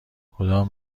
کدام